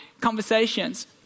conversations